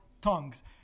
tongues